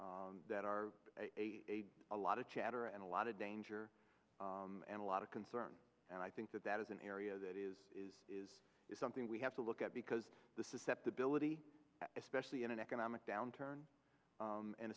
t that are a a lot of chatter and a lot of danger and a lot of concern and i think that that is an area that is is is is something we have to look at because the susceptibility especially in an economic downturn